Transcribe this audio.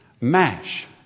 MASH